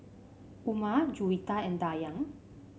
Umar Juwita and Dayang